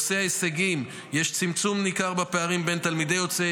בהישגים יש צמצום ניכר בפערים בין תלמידי יוצאי